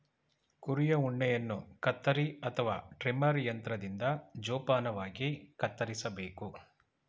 ಕುರಿಯ ಉಣ್ಣೆಯನ್ನು ಕತ್ತರಿ ಅಥವಾ ಟ್ರಿಮರ್ ಯಂತ್ರದಿಂದ ಜೋಪಾನವಾಗಿ ಕತ್ತರಿಸಬೇಕು